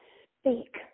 speak